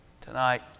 Tonight